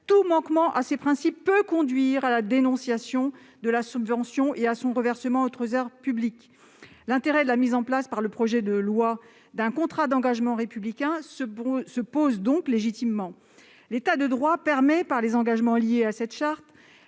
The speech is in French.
Tout manquement à ces principes peut conduire à la dénonciation de la subvention et à son reversement au Trésor public. L'intérêt de la mise en place d'un contrat d'engagement républicain pose donc légitimement question. En vertu des engagements liés à cette charte,